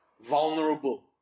vulnerable